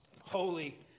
holy